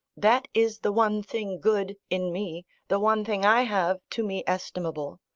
that is the one thing good in me the one thing i have, to me estimable.